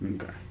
Okay